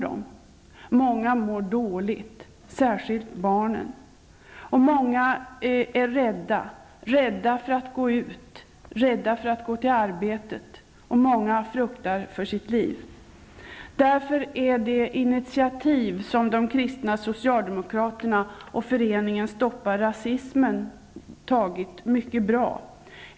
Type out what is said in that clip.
Många mår dåligt, särskilt barn. Många är rädda, rädda för att gå ut, rädda för att gå till arbetet. Många fruktar för sitt liv. Därför är det initiativ som de kristna socialdemokraterna och föreningen Stoppa rasismen tagit mycket bra.